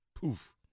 Poof